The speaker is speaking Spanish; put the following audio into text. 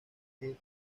que